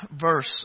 verse